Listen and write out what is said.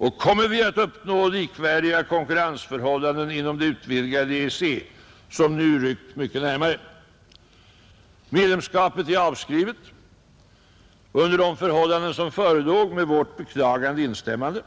Och kommer vi att uppnå likvärdiga konkurrensförhållanden inom det utvidgade EEC, som nu ryckt mycket närmare? Medlemskapet är avskrivet, under de förhållanden som förelåg med vårt beklagande instämmande.